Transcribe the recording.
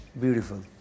Beautiful